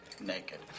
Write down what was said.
Naked